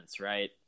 right